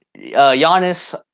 Giannis